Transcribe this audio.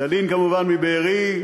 ילין כמובן מבארי,